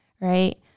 Right